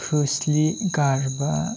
खोस्लि गारबा